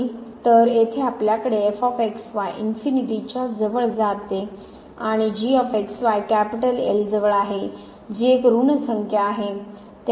तर येथे आपल्याकडे इनफीनिटी च्या जवळ जात आणि जवळ आहे जि एक ऋण संख्या आहे